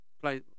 play